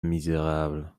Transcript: misérable